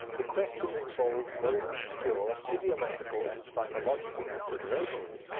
the question involves very obscure physiological and psychological considerations.